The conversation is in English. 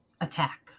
attack